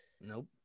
nope